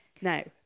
Now